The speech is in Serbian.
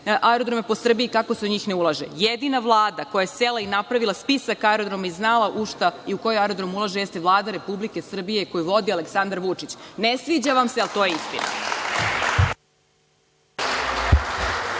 aerodrome po Srbiji kako se u njih ne ulaže. Jedina Vlada koja je sela i napravila spisak aerodroma i znala u šta i u koji aerodrom ulaže, jeste Vlada Republike Srbije koju vodi Aleksandar Vučić. Ne sviđa vam se, ali to je istina.